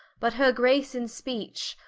but her grace in speech,